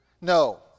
No